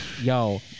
Yo